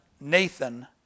nathan